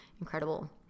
incredible